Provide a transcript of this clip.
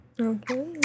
Okay